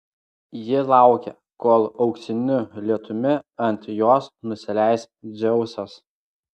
ji laukia kol auksiniu lietumi ant jos nusileis dzeusas